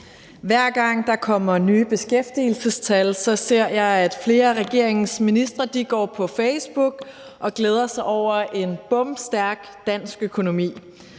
Hver gang der kommer nye beskæftigelsestal, ser jeg, at flere af regeringens ministre går på Facebook og glæder sig over en bomstærk dansk økonomi.